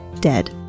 dead